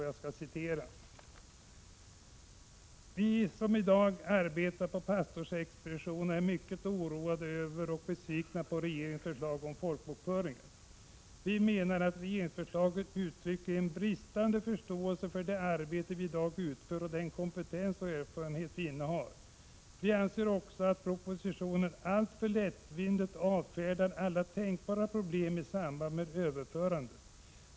Jag skall citera det: ”Vi som i dag arbetar på pastorsexpeditionerna är mycket oroade över och besvikna på regeringens förslag om folkbokföringen. ——— Vi menar att regeringsförslaget uttrycker en bristande förståelse för det arbete vi idag utför och den kompetens och erfarenhet vi innehar. Vi anser också att propositionen alltför lättvindigt avfärdar alla tänkbara problem i samband med överförandet.